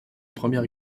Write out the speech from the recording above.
première